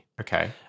Okay